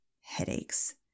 Headaches